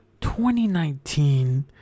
2019